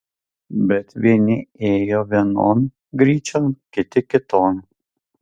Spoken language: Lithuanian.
bet vieni ėjo vienon gryčion kiti kiton